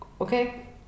okay